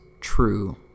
true